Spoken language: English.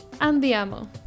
Andiamo